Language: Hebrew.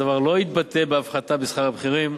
הדבר לא יתבטא בהפחתה בשכר הבכירים.